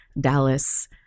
Dallas